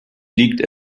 liegt